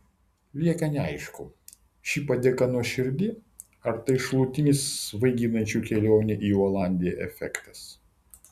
lieka neaišku ši padėka nuoširdi ar tai šalutinis svaiginančių kelionių į olandiją efektas